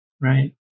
right